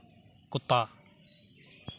कुत्ता